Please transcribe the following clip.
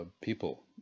people